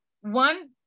one